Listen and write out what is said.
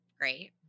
Great